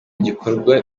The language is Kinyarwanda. gikorwa